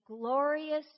glorious